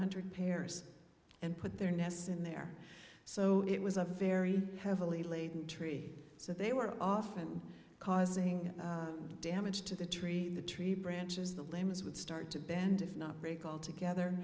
hundred pairs and put their nests in there so it was a very heavily laden tree so they were often causing damage to the tree the tree branches the laymen's would start to bend if not break al